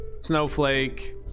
snowflake